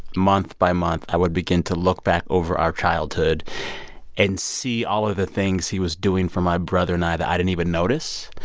month by month, i would begin to look back over our childhood and see all of the things he was doing for my brother and i that i didn't even notice.